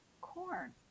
Corn